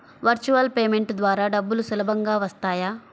Virtual payment ద్వారా డబ్బులు సులభంగా వస్తాయా?